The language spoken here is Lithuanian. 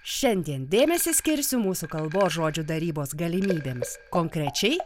šiandien dėmesį skirsiu mūsų kalbos žodžių darybos galimybėms konkrečiai